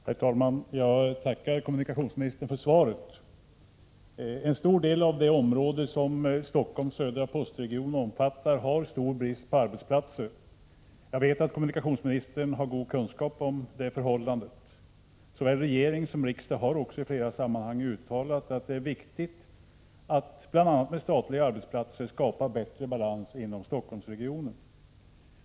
Herr talman! Jag tackar kommunikationsministern för svaret. En stor del av det område som Stockholms södra postregion omfattar har stor brist på arbetsplatser. Jag vet att kommunikationsministern har god kunskap om det förhållandet. Såväl regering som riksdag har också i flera sammanhang uttalat att det är viktigt att bl.a. genom lokalisering av statliga arbetsplatser skapa bättre balans inom Stockholmsregionen.